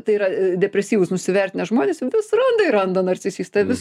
tai yra depresyvūs nusivertinę žmonės vis randa ir randa narcisistą vis